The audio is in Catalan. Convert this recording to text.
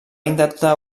intentar